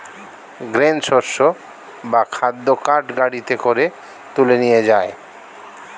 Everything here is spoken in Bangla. গ্রেন শস্য বা খাদ্য কার্ট গাড়িতে করে তুলে নিয়ে যায়